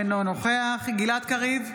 אינו נוכח גלעד קריב,